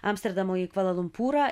amsterdamo į kvala lumpūrą